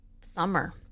summer